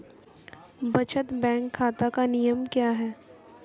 बचत बैंक खाता के नियम क्या हैं?